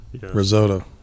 Risotto